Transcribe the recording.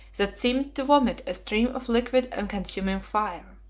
that seemed to vomit a stream of liquid and consuming fire.